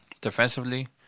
defensively